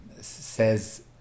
says